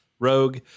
rogue